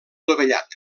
dovellat